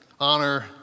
Honor